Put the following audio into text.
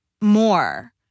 more